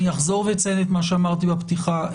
אני אחזור ואציין את מה שאמרתי בפתיחה.